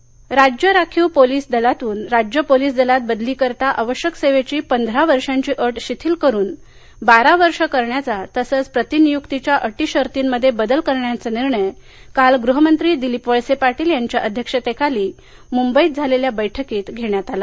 police अट शिथिल राज्य राखीव पोलीस बलातून राज्य पोलीस दलात बदलीकरिता आवश्यक सेवेची पंधरा वर्षाची अट शिथिल करुन बारा वर्ष करण्याचा तसंच प्रतिनियुक्तीच्या अटी शर्तीमध्ये बदल करण्याचा निर्णय काल गृहमंत्री दिलीप वळसे पाटील यांच्या अध्यक्षतेखाली मुंबईत झालेल्या बैठकीत घेण्यात आला